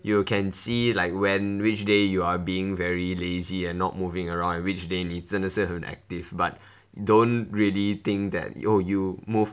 you can see like when which day you are being very lazy and not moving around and which day 你真的是很 active but don't really think that oh you move